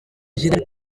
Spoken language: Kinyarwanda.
gen